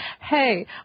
hey